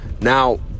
Now